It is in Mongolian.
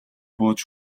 бууж